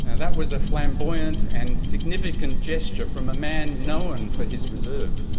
that was a flamboyant and significant gesture from a man known for his reserve.